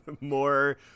more